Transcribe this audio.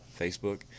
Facebook